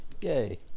Yay